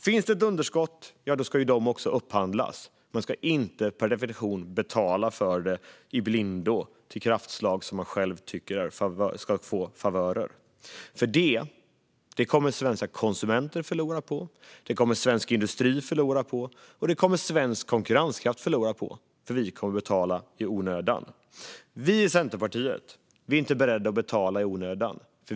Finns det underskott ska de upphandlas - man ska inte per definition betala i blindo till kraftslag som man själv tycker ska få favörer, för det är något som svenska konsumenter, svensk industri och svensk konkurrenskraft kommer att förlora på eftersom vi får betala i onödan. Vi i Centerpartiet är inte beredda att betala i onödan.